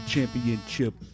Championship